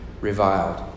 reviled